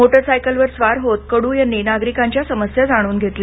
motor सायकलवर स्वार होत कडू यांनी नागरिकांच्या समस्या जाणून घेतल्या